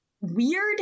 weird